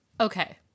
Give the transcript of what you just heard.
okay